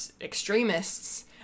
extremists